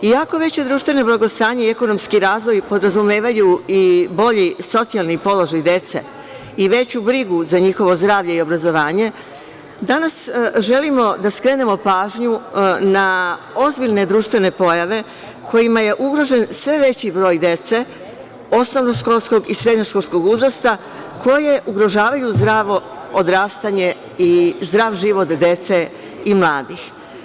Iako veće društveno blagostanje i ekonomski razvoj podrazumevaju i bolji socijalni položaj dece i veću brigu za njihovo zdravlje i obrazovanje, danas želimo da skrenemo pažnju na ozbiljne društvene pojave kojima je ugrožen sve veći broj dece, osnovnog školskog i srednjeg školskog uzrasta, koje ugrožavaju zdravo odrastanje i zdrav život dece i mladih.